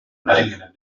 neza